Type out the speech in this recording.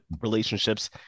relationships